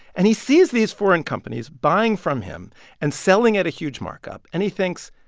and he sees these foreign companies buying from him and selling at a huge markup, and he thinks,